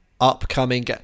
upcoming